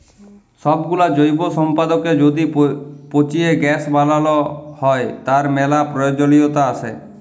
সবগুলা জৈব সম্পদকে য্যদি পচিয়ে গ্যাস বানাল হ্য়, তার ম্যালা প্রয়জলিয়তা আসে